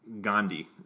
Gandhi